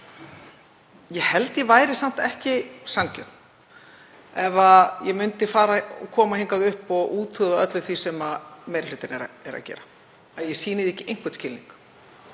Ég held að ég væri samt ekki sanngjörn ef ég myndi koma hingað upp og úthúða öllu því sem meiri hlutinn er að gera, ef ég sýndi því ekki einhvern skilning.